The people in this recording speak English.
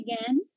again